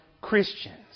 Christians